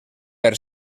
per